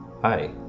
Hi